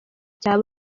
cya